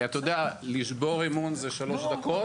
אתה יודע, לשבור אמון זה שלוש דקות.